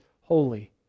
holy